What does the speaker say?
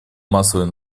массовой